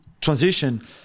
transition